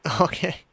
Okay